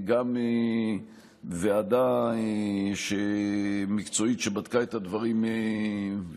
גם ועדה מקצועית שבדקה את הדברים והגישה